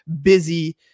busy